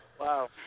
Wow